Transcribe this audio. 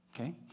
Okay